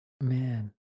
Man